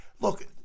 look